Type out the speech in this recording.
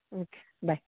okay bye